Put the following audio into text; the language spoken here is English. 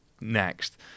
next